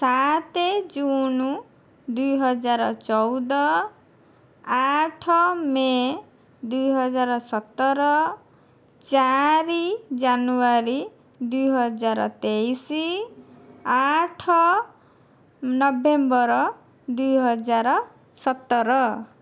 ସାତ ଜୁନ୍ ଦୁଇହଜାର ଚଉଦ ଆଠ ମେ' ଦୁଇହଜାର ସତର ଚାରି ଜାନୁଆରୀ ଦୁଇହଜାର ତେଇଶ ଆଠ ନଭେମ୍ବର ଦୁଇହଜାର ସତର